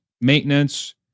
maintenance